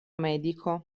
medico